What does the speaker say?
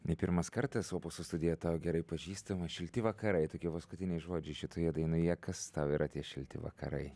ne pirmas kartas opusų studija tau gerai pažįstama šilti vakarai tokie paskutiniai žodžiai šitoje dainoje kas tau yra tie šilti vakarai